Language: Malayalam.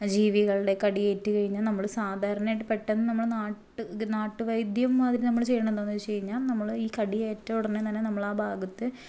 ജീവികളുടെ കടിയേറ്റ് കഴിഞ്ഞാൽ നമ്മള് സാധാരണയായിട്ട് പെട്ടെന്ന് നമ്മൾ നാട്ട് നാട്ട് വൈദ്യം അതിന് നമ്മൾ ചെയ്യുന്നത് എന്താന്ന് വെച്ച് കഴിഞ്ഞാൽ നമ്മള് ഈ കടിയേറ്റ ഉടനെ തന്നെ നമ്മളാ ഭാഗത്ത്